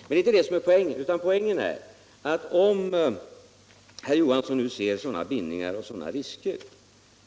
Men det är inte det som är poängen, utan poängen är att om herr Johansson nu ser sådana bindningar och sådana risker,